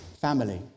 family